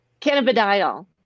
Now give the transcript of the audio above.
Cannabidiol